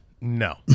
No